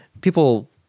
people